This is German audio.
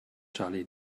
charlie